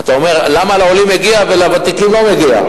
אתה אומר, למה לעולים מגיע ולוותיקים לא מגיע?